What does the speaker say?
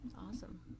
Awesome